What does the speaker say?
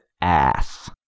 ass